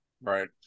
Right